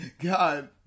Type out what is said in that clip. God